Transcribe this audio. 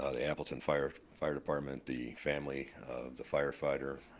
ah the appleton fire fire department, the family, the firefighter,